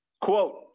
Quote